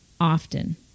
often